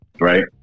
right